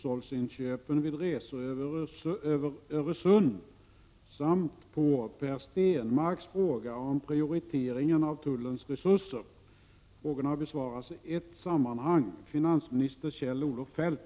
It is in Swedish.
Enligt uppgift har regeringen fr.o.m. den 1 januari 1988 infört nya restriktioner för resande över Öresund, så att de som vill göra hushållsinköp endast tillåts en resa per dygn.